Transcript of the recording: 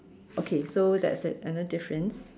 okay so that's an another difference